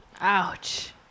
Ouch